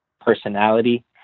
personality